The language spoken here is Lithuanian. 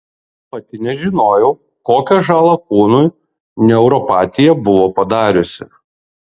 pati nežinojau kokią žalą kūnui neuropatija buvo padariusi